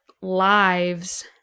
lives –